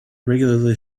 regularly